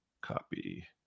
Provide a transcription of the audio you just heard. copy